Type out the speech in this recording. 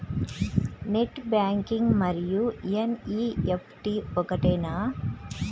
Net banking మరియు NEFT ఒకటేనా?